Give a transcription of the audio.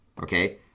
Okay